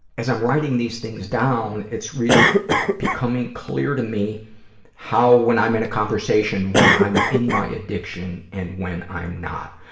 as i'm writing these things down, it's really becoming clear to me how, when i'm in a conversation, when i'm in my addiction and when i am not.